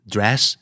Dress